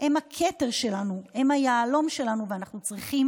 הם הכתר שלנו, הם היהלום שלנו, ואנחנו צריכים